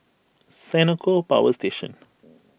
Senoko Power Station